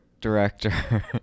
director